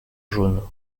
jaune